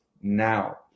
now